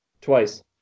Twice